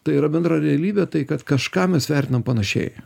tai yra bendra realybė tai kad kažką mes vertinam panašiai